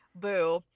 boo